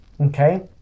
okay